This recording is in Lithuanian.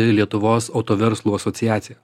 lietuvos autoverslų asociacija